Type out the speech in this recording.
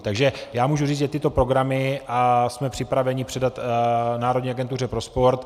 Takže já můžu říct, že tyto programy a jsme připraveni je předat Národní agentuře pro sport.